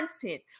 content